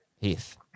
Heath